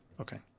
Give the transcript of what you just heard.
Okay